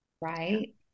right